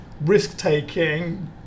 risk-taking